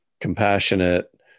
compassionate